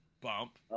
bump